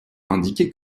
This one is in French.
indiqué